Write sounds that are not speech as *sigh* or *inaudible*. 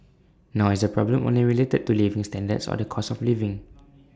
nor is the problem only related to living standards or the cost of living *noise*